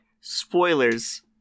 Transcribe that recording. Spoilers